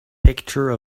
picture